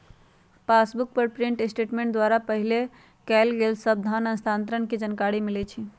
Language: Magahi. पासबुक पर प्रिंट स्टेटमेंट द्वारा पहिले कएल गेल सभ धन स्थानान्तरण के जानकारी मिलइ छइ